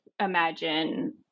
imagine